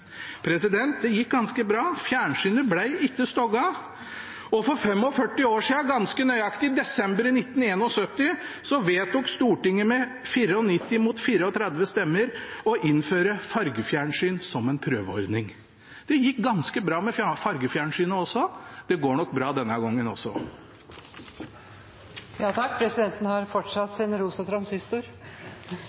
Det gikk ganske bra. Fjernsynet ble ikke «stogga». For ganske nøyaktig 45 år siden, i desember 1971, vedtok Stortinget med 94 mot 34 stemmer å innføre fargefjernsyn som en prøveordning. Det gikk ganske bra med fargefjernsynet. Det går nok bra denne gangen også. Presidenten har fortsatt sin rosa transistor.